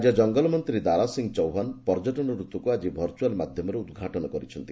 ରାଜ୍ୟ ଜଙ୍ଗଲ ମନ୍ତ୍ରୀ ଦାରା ସିଂହ ଚୌହାନ ପର୍ଯ୍ୟଟନ ରତୁକୁ ଆକି ଭର୍ଚୁଆଲ୍ ମାଧ୍ୟମରେ ଉଦ୍ଘାଟନ କରିଛନ୍ତି